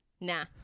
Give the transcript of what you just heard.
nah